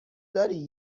داری